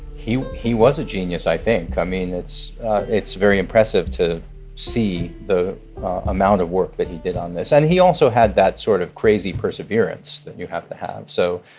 he he was a genius, genius, i think. i mean, it's it's very impressive to see the amount of work that he did on this. and he also had that sort of crazy perseverance that you have to have. so,